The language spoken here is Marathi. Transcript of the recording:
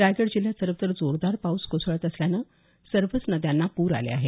रायगड जिल्ह्यातही सर्वत्र जोरदार पाऊस कोसळत असल्यानं सर्वच नद्यांना पूर आले आहेत